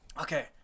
Okay